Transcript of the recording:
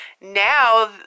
now